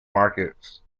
markets